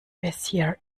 bezier